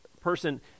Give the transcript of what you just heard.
person